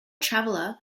traveler